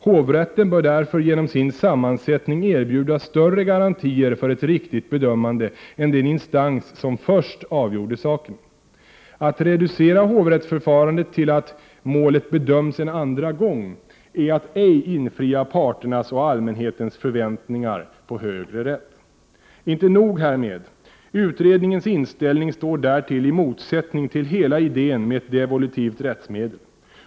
Hovrätten bör därför genom sin sammansättning erbjuda större garantier för ett riktigt bedömande än den instans som först avgjorde saken. Att reducera hovrättsförfarandet till att ”målet bedöms en andra gång” är att ej infria parternas och allmänhetens förväntningar på högre rätt. Inte nog härmed. Utredningens inställning står därtill i motsättning till hela idén med ett devolutivt rättsmedel.